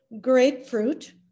Grapefruit